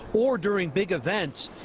or during big events,